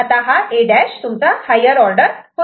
आता हा A' higher order होतो